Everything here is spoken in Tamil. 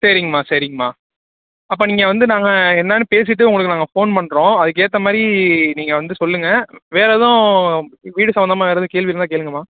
சரிங்கம்மா சரிங்கம்மா அப்போ நீங்கள் வந்து நாங்கள் என்னென்னு பேசிவிட்டு உங்களுக்கு நாங்கள் ஃபோன் பண்ணுறோம் அதுக்கேற்ற மாதிரி நீங்கள் வந்து சொல்லுங்கள் வேறு எதுவும் வீடு சம்பந்தமா வேறு எதுவும் கேள்வி இருந்தால் கேளுங்கம்மா